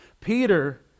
Peter